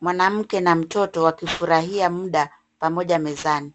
Mwanamke na mtoto wakifurahia muda pamoja mezani.